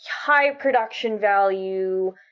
high-production-value